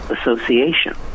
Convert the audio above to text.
association